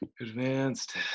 Advanced